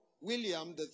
William